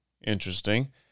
interesting